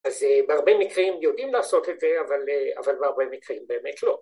‫אז בהרבה מקרים יודעים לעשות את זה, ‫אבל בהרבה מקרים באמת לא.